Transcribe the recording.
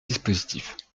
dispositif